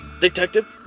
detective